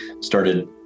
started